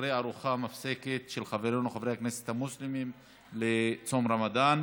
אחרי הארוחה המפסקת של חברינו חברי הכנסת המוסלמים לצום רמדאן.